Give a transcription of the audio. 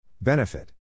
Benefit